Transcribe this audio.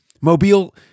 Mobile